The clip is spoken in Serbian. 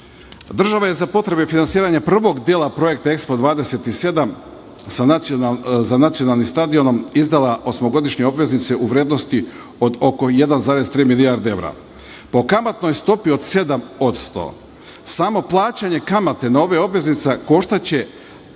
je za potrebe finansiranja prvog dela projekta EKSPO 2027 za Nacionalni stadion izdala osmogodišnju obveznicu u vrednosti od oko 1,3 milijarde evra, po kamatnoj stopi od 7%. Samo plaćanje kamate na ove obveznice koštaće